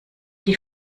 die